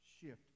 shift